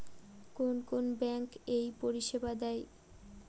কোন কোন ব্যাঙ্ক এই পরিষেবা দেয়?